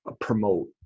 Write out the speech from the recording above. promote